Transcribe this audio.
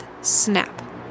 snap